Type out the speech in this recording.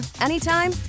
anytime